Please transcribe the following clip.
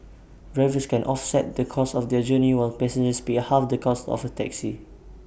drivers can offset the cost of their journey while passengers pay half the cost of A taxi